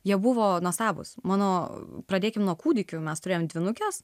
jie buvo nuostabūs mano pradėkim nuo kūdikių mes turėjom dvynukes